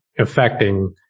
affecting